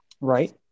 right